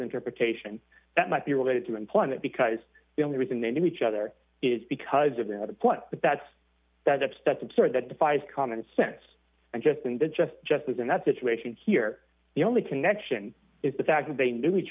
interpretation that might be related to employment because the only reason they knew each other is because of them but that's that's that's absurd that defies common sense and just in the just just as in that situation here the only connection is the fact that they knew each